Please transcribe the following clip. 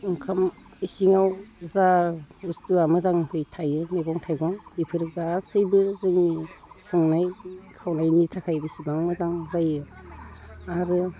ओंखाम इसिङाव जा बुस्थुआ मोजाङै थायो मैगं थाइगं इफोरो गासैबो जोंनि संनाय खावनायनि थाखाय बेसेबां मोजां जायो आरो